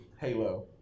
Halo